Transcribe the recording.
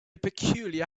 peculiar